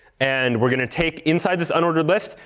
and we're going to take inside this unordered list,